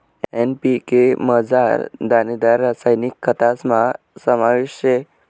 NPK मझार दानेदार रासायनिक खतस्ना समावेश शे